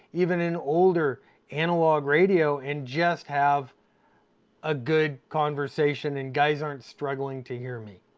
even an older analog radio, and just have a good conversation and guys aren't struggling to hear me.